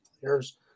players